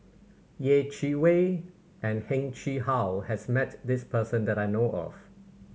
Yeh Chi Wei and Heng Chee How has met this person that I know of